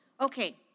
Okay